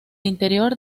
interior